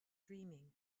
dreaming